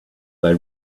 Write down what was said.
they